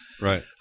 right